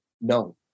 No